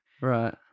right